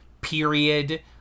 period